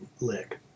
lick